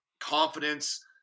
confidence